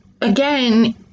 again